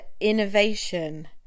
Innovation